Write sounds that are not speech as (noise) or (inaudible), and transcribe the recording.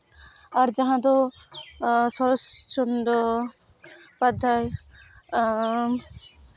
ᱟᱨ ᱡᱟᱦᱟᱸ ᱫᱚ ᱥᱚᱨᱮᱥ (unintelligible) ᱵᱟᱰᱟᱭ